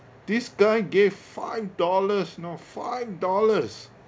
this guy gave five dollars you know five dollars